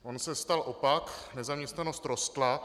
On se stal opak nezaměstnanost rostla.